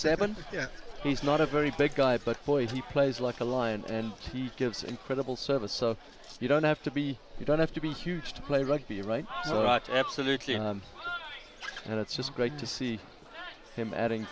seven he's not a very big guy but boy he plays like a lion and he gives incredible service so you don't have to be you don't have to be huge to play rugby right so right absolutely and it's just great to see him adding